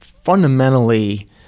Fundamentally